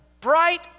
bright